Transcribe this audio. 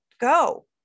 go